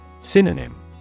Synonym